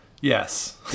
Yes